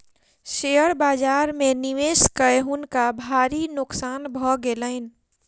share बाजार में निवेश कय हुनका भारी नोकसान भ गेलैन